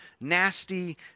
nasty